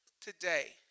today